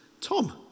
Tom